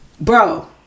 Bro